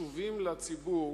קשובים לציבור,